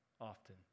often